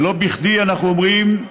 ולא בכדי אנחנו אומרים: